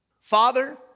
Father